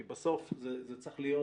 כי בסוף זה צריך להיות